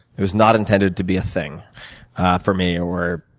it was not intended to be a thing for me, or